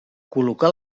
col·locar